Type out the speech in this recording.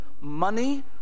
money